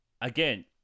again